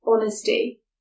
Honesty